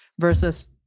versus